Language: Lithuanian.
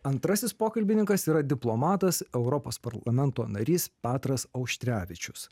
antrasis pokalbininkas yra diplomatas europos parlamento narys petras auštrevičius